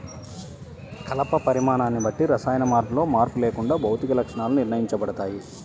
కలప పరిమాణాన్ని బట్టి రసాయన కూర్పులో మార్పు లేకుండా భౌతిక లక్షణాలు నిర్ణయించబడతాయి